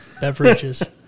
beverages